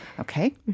Okay